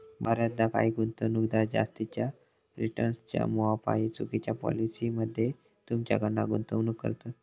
बऱ्याचदा काही गुंतवणूकदार जास्तीच्या रिटर्न्सच्या मोहापायी चुकिच्या पॉलिसी मध्ये तुमच्याकडना गुंतवणूक करवतत